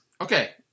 Okay